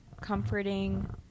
comforting